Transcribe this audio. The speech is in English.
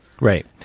right